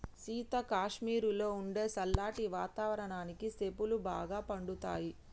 సీత కాశ్మీరులో ఉండే సల్లటి వాతావరణానికి సేపులు బాగా పండుతాయి